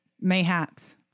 Mayhaps